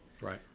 Right